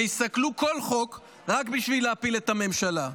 ויסכלו כל חוק רק בשביל להפיל את הממשלה.